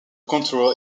control